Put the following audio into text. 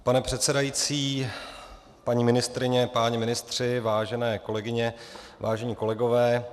Pane předsedající, paní ministryně, páni ministři, vážené kolegyně, vážení kolegové.